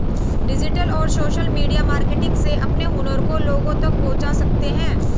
digital और social media marketing से अपने हुनर को लोगो तक पहुंचा सकते है